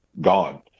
gone